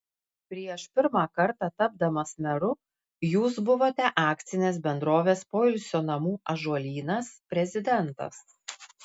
prieš pirmą kartą tapdamas meru jūs buvote akcinės bendrovės poilsio namų ąžuolynas prezidentas